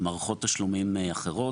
עם מערכות תשלומים אחרות,